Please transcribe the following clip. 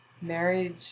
marriage